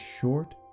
short